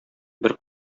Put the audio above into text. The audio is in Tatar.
бер